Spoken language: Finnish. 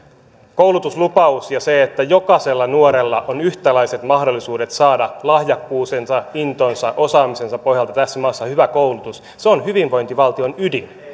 koulutuslupaus ja se että jokaisella nuorella on yhtäläiset mahdollisuudet saada lahjakkuutensa intonsa osaamisensa pohjalta tässä maassa hyvä koulutus on hyvinvointivaltion ydin